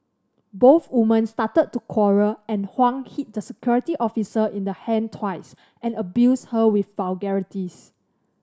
both women started to quarrel and Huang hit the security officer in the hand twice and abused her with vulgarities